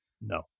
No